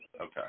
Okay